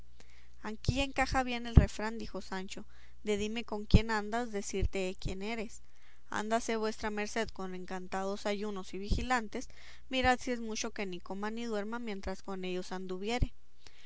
tampoco aquí encaja bien el refrán dijo sancho de dime con quién andas decirte he quién eres ándase vuestra merced con encantados ayunos y vigilantes mirad si es mucho que ni coma ni duerma mientras con ellos anduviere